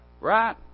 Right